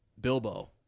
Bilbo